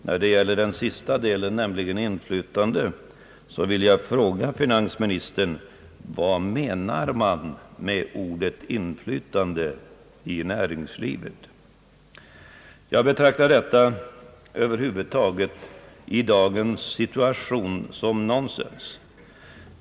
När det gäller sista delen, nämligen inflytande, vill jag fråga finansministern: Vad menar man med ordet inflytande i näringslivet? I dagens situation betraktar jag talet om inflytande såsom nonsens.